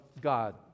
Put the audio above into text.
God